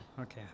Okay